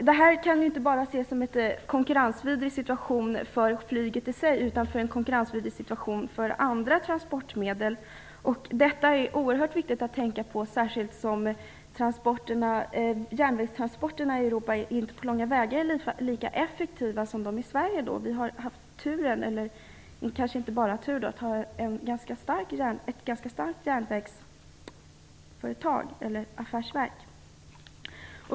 Detta kan inte bara ses som en konkurrensvidrig situation för flyget i sig utan också för andra transportmedel. Det är oerhört viktigt att tänka på detta, eftersom järnvägstransporterna i övriga Europa inte på långa vägar är lika effektiva som de svenska. Vi har haft turen - kanske inte bara tur - att ha ett ganska starkt affärsverk för järnvägen.